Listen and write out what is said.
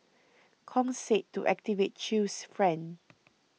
Kong said to activate Chew's friend